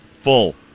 Full